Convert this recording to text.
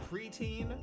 preteen